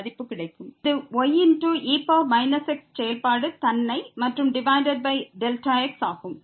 இது ye x செயல்பாடு தன்னை மற்றும் டிவைடட் பை Δx ஆகும்